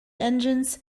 engines